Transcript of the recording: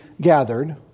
gathered